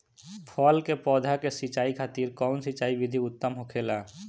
फल के पौधो के सिंचाई खातिर कउन सिंचाई विधि उत्तम होखेला?